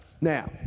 Now